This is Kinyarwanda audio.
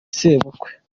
sebukwe